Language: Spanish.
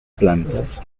plantas